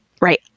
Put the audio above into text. right